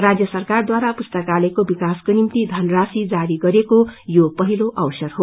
राज्य सरकार द्वारा पुस्ताकलयको विकासको निम्ति थनराशि जारी गरिएको यो पहिलो अवसर हो